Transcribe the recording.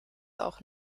auch